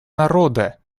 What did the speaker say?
народа